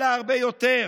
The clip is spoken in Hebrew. אלא הרבה יותר,